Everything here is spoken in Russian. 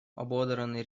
ободранный